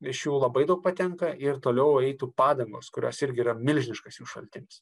iš jų labai daug patenka ir toliau eitų padangos kurios irgi yra milžiniškas jų šaltinis